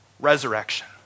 Resurrection